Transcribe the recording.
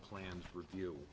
plan review